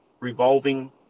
revolving